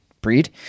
breed